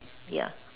ya